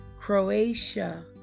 Croatia